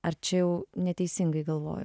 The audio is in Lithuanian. ar čia jau neteisingai galvoju